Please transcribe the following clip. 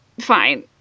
Fine